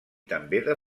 també